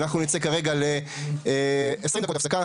אנחנו נצא כרגע ל-20 דקות הפסקה.